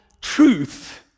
truth